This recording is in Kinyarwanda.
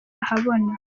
ahabona